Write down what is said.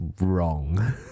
wrong